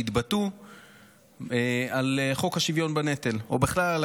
שהתבטאו על חוק השוויון בנטל או בכלל על